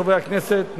חברי הכנסת,